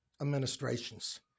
administrations